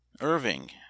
Irving